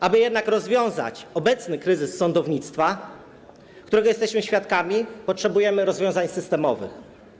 Aby jednak rozwiązać obecny kryzys sądownictwa, którego jesteśmy świadkami, potrzebujemy rozwiązań systemowych.